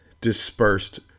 dispersed